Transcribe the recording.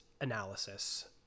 analysis